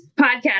podcast